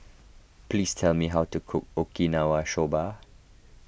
please tell me how to cook Okinawa Soba